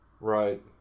Right